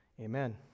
Amen